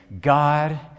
God